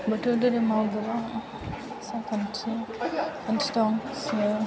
बाथौ धोरोमाव गोबां आसारखान्थि आंथि दं